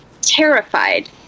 terrified